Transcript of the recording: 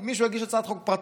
אם מישהו יריץ הצעת חוק פרטית,